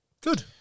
Good